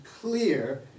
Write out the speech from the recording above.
clear